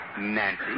Nancy